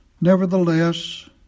Nevertheless